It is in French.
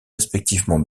respectivement